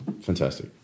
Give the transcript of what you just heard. fantastic